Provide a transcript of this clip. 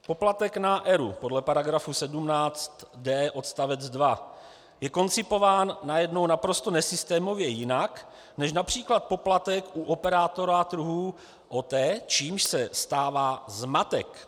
Poplatek na ERÚ podle § 17d odst. 2 je koncipován najednou naprosto nesystémově jinak než např. poplatek u operátora trhu OTE, čímž se stává zmatek.